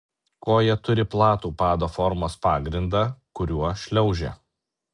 koja turi platų pado formos pagrindą kuriuo šliaužia